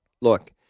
Look